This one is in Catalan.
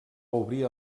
obrir